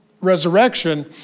resurrection